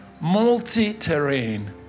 multi-terrain